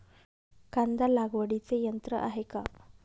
कांदा लागवडीचे यंत्र आहे का?